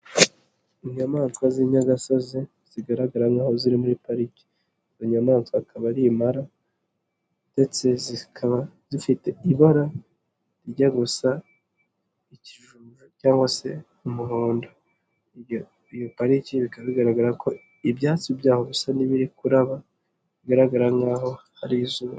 Inyamanswa z'inyagasozi zigaragara nk'aho ziri muri pariki, izo nyamaswa akaba ari impara ndetse zikaba zifite ibara rijya gusa ikijuju cyangwa se umuhondo, iyo pariki bikaba bigaragara ko ibyatsi byaho bisa n'ibiri kuraba bigaragara nk'aho hari izuba.